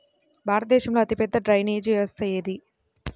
భారతదేశంలో అతిపెద్ద డ్రైనేజీ వ్యవస్థ ఏది?